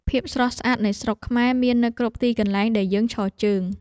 ភាពស្រស់ស្អាតនៃស្រុកខ្មែរ មាននៅគ្រប់ទីកន្លែងដែលយើងឈរជើង។